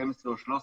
12 או 13,